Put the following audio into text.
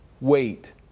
Wait